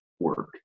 Work